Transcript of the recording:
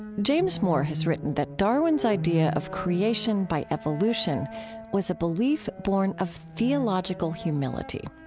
james moore has written that darwin's idea of creation by evolution was a belief born of theological humility.